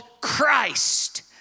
Christ